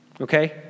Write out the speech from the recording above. Okay